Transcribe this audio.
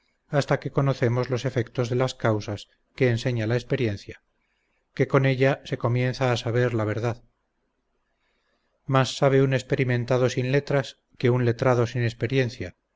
hasta que conocemos los efectos de las causas que enseña la experiencia que con ella se comienza a saber la verdad más sabe un experimentado sin letras que un letrado sin experiencia